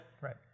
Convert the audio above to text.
Right